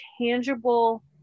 tangible